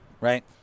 right